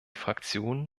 fraktionen